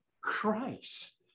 christ